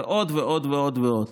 ועוד ועוד ועוד ועוד.